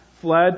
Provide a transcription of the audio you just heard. fled